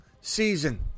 season